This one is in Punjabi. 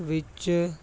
ਵਿੱਚ